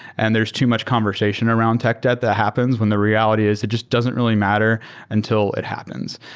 and there's too much conversation around tech debt that happens when the reality is it just doesn't really matter until it happens.